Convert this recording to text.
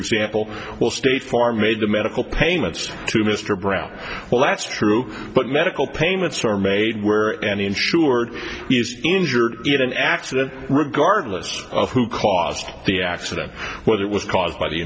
example well state farm the medical payments to mr brown well that's true but medical payments are made where an insured injured in an accident regardless of who caused the accident whether it was caused by the